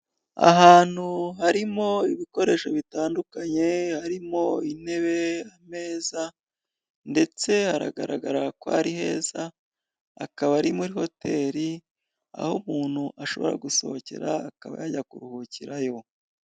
Ahantu harimo ibikoresho bitandukanye, harimo intebe, ameza, ndetse garagara ko ari heza, akaba ari muri hotel, aho umuntu ashobora gusohokera akaba yajya kuruhukirayo.